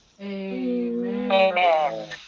Amen